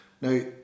Now